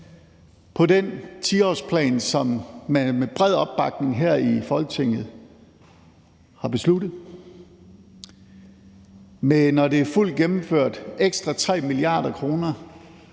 på den 10-årsplan, som man med bred opbakning her i Folketinget har besluttet, med, når det er fuldt gennemført, ekstra 3 mia. kr.